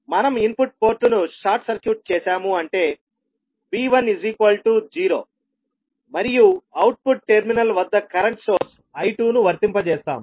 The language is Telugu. మనం ఇన్పుట్ పోర్టును షార్ట్ సర్క్యూట్ చేసాము అంటే V10మరియు అవుట్పుట్ టెర్మినల్ వద్ద కరెంట్ సోర్స్ I2 ను వర్తింపజేస్తాము